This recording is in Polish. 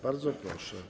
Bardzo proszę.